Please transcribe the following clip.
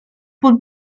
but